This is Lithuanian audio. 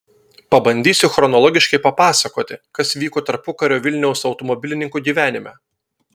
pabandysiu chronologiškai papasakoti kas vyko tarpukario vilniaus automobilininkų gyvenime